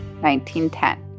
1910